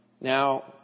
Now